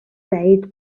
bade